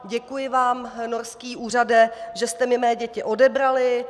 Děkuji vám, norský úřade, že jste mi mé děti odebrali.